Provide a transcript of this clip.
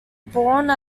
borne